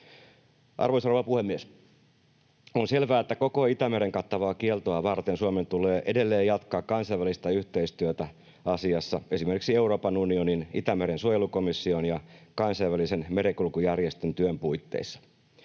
rouva puhemies! On selvää, että koko Itämeren kattavaa kieltoa varten Suomen tulee edelleen jatkaa kansainvälistä yhteistyötä asiassa, esimerkiksi Euroopan unionin, Itämeren suojelukomission ja Kansainvälisen merenkulkujärjestön työn puitteissa.